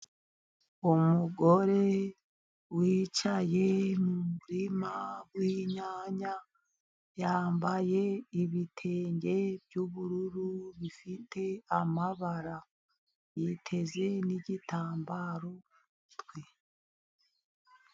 Umugore wicaye mu murima w'inyanya ,yambaye ibitenge by'ubururu bifite amabara .Yiteze nigitambaro mu mutwe.